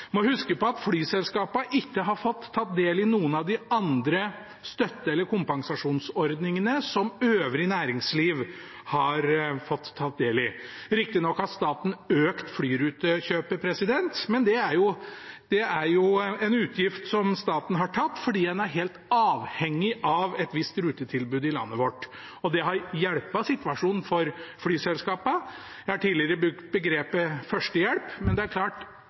må huske på at flyselskapene ikke har fått ta del i noen av de andre støtte- og kompensasjonsordningene som øvrig næringsliv har fått ta del i. Riktignok har staten økt flyrutekjøpet, men det er en utgift som staten har tatt fordi en er helt avhengig av et visst rutetilbud i landet vårt. Det har hjulpet situasjonen for flyselskapene. Jeg har tidligere brukt begrepet «førstehjelp», men det er klart